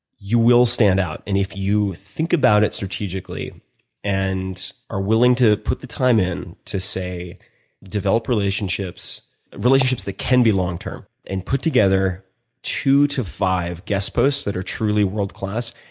you will stand out. and if you think about it strategically and are willing to put the time in to say develop relationships relationships that can be long term and put together two to five guest posts that are truly world class.